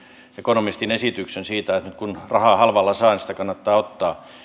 ekonomistin esityksen siitä että kun rahaa halvalla saa niin sitä kannattaa ottaa